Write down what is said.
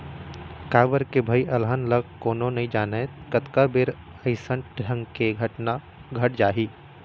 काबर के भई अलहन ल कोनो नइ जानय कतका बेर कइसन ढंग के घटना घट जाही